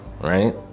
right